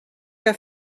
que